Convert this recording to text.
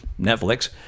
Netflix